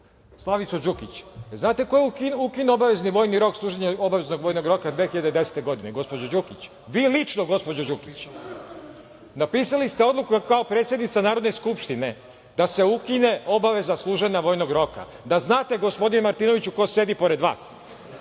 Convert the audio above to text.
Slavicu Đukić. Znate ko je ukinuo obavezni rok služenja vojnog roka 2010. godine? Gospođa Đukić. Vi lično gospođo Đukić. Napisali ste odluku kao predsednica Narodne skupštine da se ukine obaveza služenja vojnog roka. Da znate gospodine Martinoviću ko sedi pored vas. Što